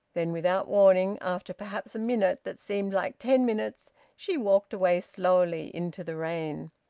then without warning, after perhaps a minute that seemed like ten minutes, she walked away, slowly, into the rain.